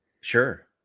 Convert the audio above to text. Sure